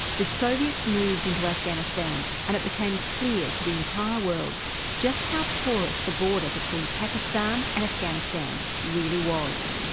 the soviets moved into afghanistan and it became clear to the entire world just how porous the border between pakistan and afghanistan really was.